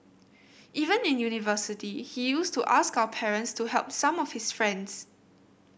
even in university he used to ask our parents to help some of his friends